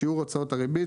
שיעור הוצאות הריבית,